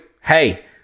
hey